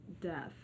death